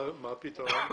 מה הפתרון?